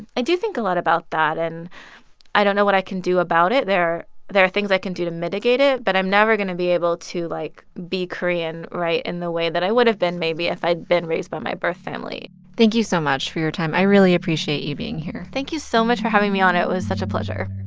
i do think a lot about that. and i don't know what i can do about it. there are things i can do to mitigate it. but i'm never going to be able to, like, be korean right? in the way that i would have been, maybe, if i'd been raised by my birth family thank you so much for your time. i really appreciate you being here thank you so much for having me on. it was such a pleasure